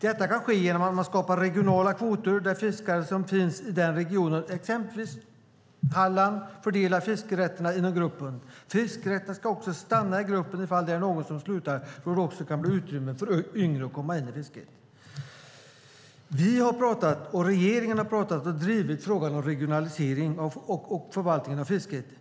Detta kan ske genom att man skapar regionala kvoter där fiskare som finns i den regionen, exempelvis Halland, fördelar fiskerätterna inom grupperna. Fiskerätterna ska också stanna inom gruppen ifall någon slutar, så att det kan finnas utrymme för yngre att komma in i fisket. Vi har pratat om och drivit, liksom regeringen, frågan om regionalisering av förvaltningen av fisket.